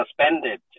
suspended